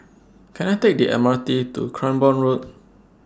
Can I Take The M R T to Cranborne Road